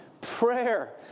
Prayer